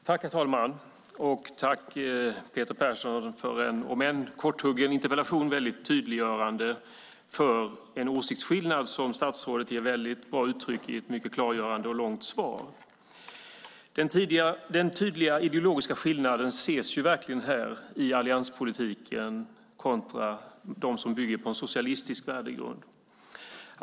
Herr talman! Tack, Peter Persson, för interpellationen! Om än korthuggen så tydliggjorde den en åsiktsskillnad som statsrådet ger ett väldigt bra uttryck i ett mycket klargörande och långt svar. Den tydliga ideologiska skillnaden mellan allianspolitiken kontra den som bygger på en socialistisk värdegrund syns verkligen här.